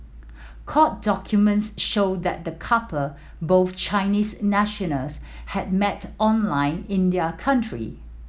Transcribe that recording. court documents show that the couple both Chinese nationals had met online in their country